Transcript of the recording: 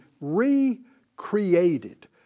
recreated